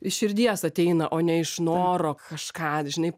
iš širdies ateina o ne iš noro kažką žinai